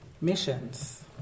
missions